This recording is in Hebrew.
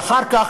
ואחר כך,